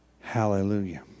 Hallelujah